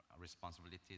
responsibilities